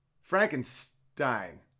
Frankenstein